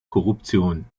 korruption